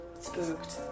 Spooked